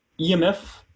EMF